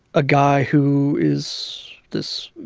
ah guy who is this